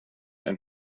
and